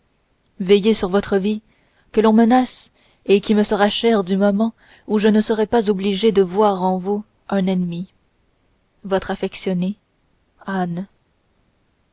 veillez sur votre vie que l'on menace et qui me sera chère du moment où je ne serai pas obligée de voir en vous un ennemi votre affectionnée anne